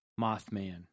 mothman